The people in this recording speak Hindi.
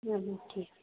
यहाँ ठीक है